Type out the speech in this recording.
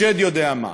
השד-יודע-מה.